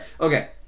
Okay